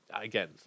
Again